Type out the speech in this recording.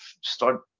start